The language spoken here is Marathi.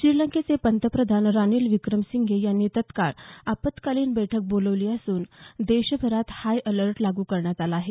श्रीलंकेचे पंतप्रधान रानिल विक्रमसिंघे यांनी तत्काळ आपत्कालीन बैठक बोलावली असून देशभरात हाय अलर्ट लागू करण्यात आला आहे